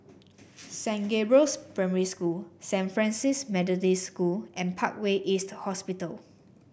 Saint Gabriel's Primary School Saint Francis Methodist School and Parkway East Hospital